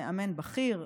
מאמן בכיר,